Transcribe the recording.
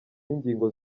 n’ingingo